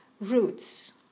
roots